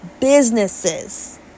businesses